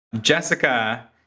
Jessica